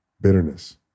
bitterness